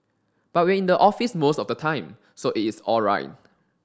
but we are in the office most of the time so it is all right